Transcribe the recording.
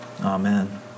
Amen